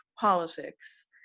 politics